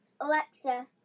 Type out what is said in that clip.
Alexa